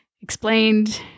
explained